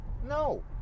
No